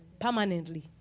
Permanently